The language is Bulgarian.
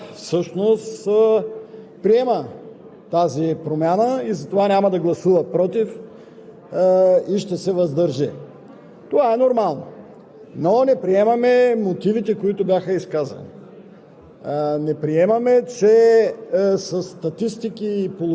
позицията на БСП, че тя няма да подкрепи този законопроект. Нормално е, опозиция е. Разбираме я, че тя всъщност приема тази промяна и затова няма да гласуват „против“ и ще се въздържи.